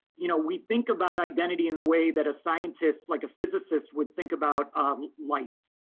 you know we think about identity in the way that a scientist like a physicist would think about lights.